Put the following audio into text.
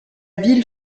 ville